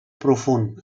profund